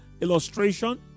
illustration